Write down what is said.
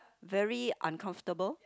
very uncomfortable